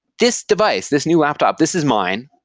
this device, this new laptop, this is mine.